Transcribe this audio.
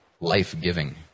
life-giving